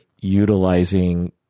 utilizing